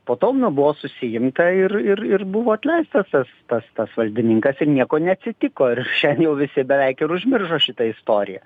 po to buvo susiimta ir ir ir buvo atleistas tas tas tas valdininkas ir nieko neatsitiko ir šian jau visi beveik ir užmiršo šitą istoriją